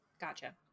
Gotcha